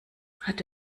hat